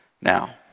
Now